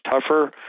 tougher